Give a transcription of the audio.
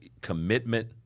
commitment